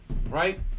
right